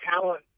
talent